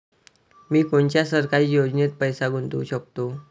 मी कोनच्या सरकारी योजनेत पैसा गुतवू शकतो?